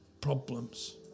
problems